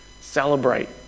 celebrate